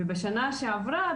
ובשנה שעברה,